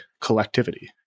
collectivity